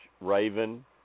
Raven